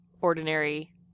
ordinary